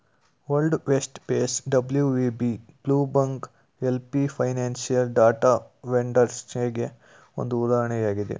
world vest base W V B, Bloomberg L P financial data ವೆಂಡರ್ಸ್ಗೆಗೆ ಒಂದು ಉದಾಹರಣೆಯಾಗಿದೆ